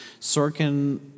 Sorkin